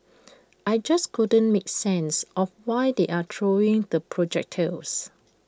I just couldn't make sense of why they are throwing the projectiles